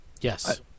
Yes